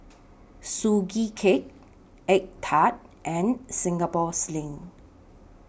Sugee Cake Egg Tart and Singapore Sling